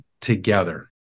together